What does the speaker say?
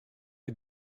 est